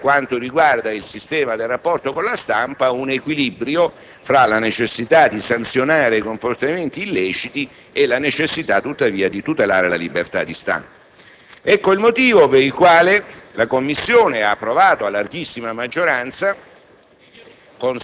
e anche, per quanto riguarda il sistema del rapporto con la stampa, un equilibrio tra la necessità di sanzionare comportamenti illeciti e quella di tutelare la libertà di stampa. Ecco il motivo per il quale la Commissione ha approvato a larghissima maggioranza,